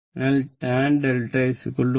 അതിനാൽ tan 𝛿 y x